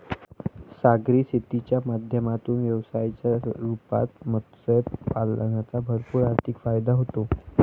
सागरी शेतीच्या माध्यमातून व्यवसायाच्या रूपात मत्स्य पालनाचा भरपूर आर्थिक फायदा होतो